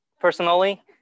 personally